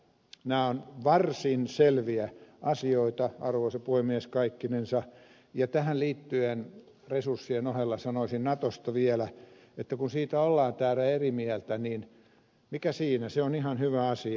nämä ovat varsin selviä asioita arvoisa puhemies kaikkinensa ja tähän liittyen resurssien ohella sanoisin natosta vielä että kun siitä ollaan täällä eri mieltä niin mikä siinä se on ihan hyvä asia